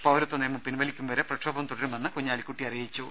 പൌരത്വനിയമം പിൻവലിക്കും വരെ പ്രക്ഷോഭം തുടരുമെന്ന് കുഞ്ഞാലിക്കുട്ടി പറഞ്ഞു